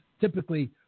typically